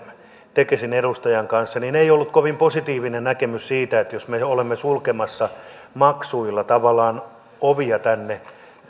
tekesin edustajan kanssa ei tullut kovin positiivinen näkemys jos me olemme tavallaan sulkemassa maksuilla ovia tänne